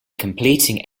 completing